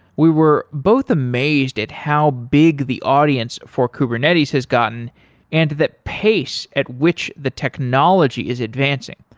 we were both amazed at how big the audience for kubernetes has gotten and the pace at which the technology is advancing.